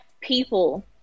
people